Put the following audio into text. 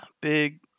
big